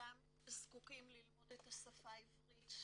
כולם זקוקים ללמוד את השפה העברית,